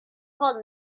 called